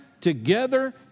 together